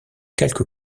quelque